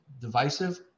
divisive